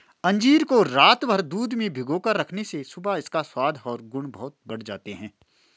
अंजीर को रातभर दूध में भिगोकर रखने से सुबह इसका स्वाद और गुण बहुत बढ़ जाते हैं